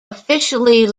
officially